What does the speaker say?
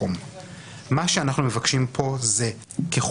השר הנוגע בדבר ליו"ר הוועדה המרכזית רשימה של כל בתי